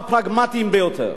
הפרגמטיים יותר?